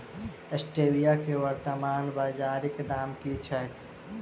Stevia केँ वर्तमान बाजारीक दाम की छैक?